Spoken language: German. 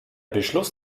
beschluss